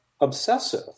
obsessive